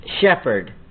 shepherd